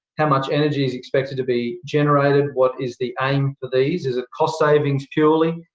how much energy is expected to be generated? what is the aim for these? is it cost savings purely,